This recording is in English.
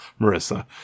Marissa